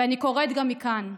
ואני קוראת גם מכאן: